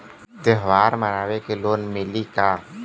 त्योहार मनावे के लोन मिलेला का?